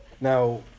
Now